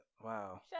Wow